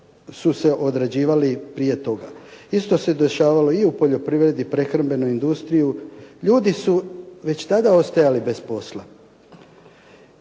su se odrađivali prije toga. Isto se dešavalo i u poljoprivredi, prehrambenoj industriji, ljudi su već tada ostajali bez posla.